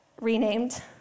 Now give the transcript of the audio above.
renamed